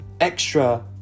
extra